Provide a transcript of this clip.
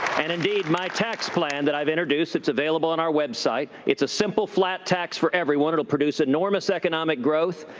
and, indeed, my tax plan that i've introduced, it's available on our website. it's a simple flat tax for everyone. it'll produce enormous economic growth,